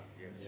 Yes